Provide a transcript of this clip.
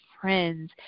friends